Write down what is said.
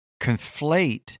conflate